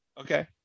okay